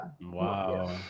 Wow